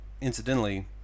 incidentally